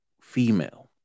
female